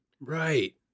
Right